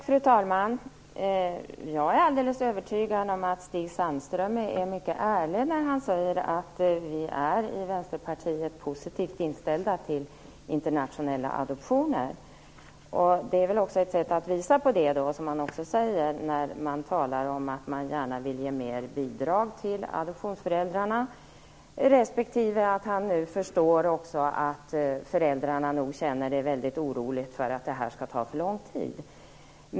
Fru talman! Jag är alldeles övertygad om att Stig Sandström är mycket ärlig när han säger att man i Vänsterpartiet är positivt inställd till internationella adoptioner. Som Stig Sandström säger är det väl ett sätt att visa på detta när man talar om att man vill ge mer bidrag till adoptionsföräldrarna. Stig Sandström säger också att han förstår att föräldrarna nu känner sig väldigt oroliga för att det här skall ta för lång tid.